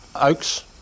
Oaks